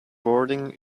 boarding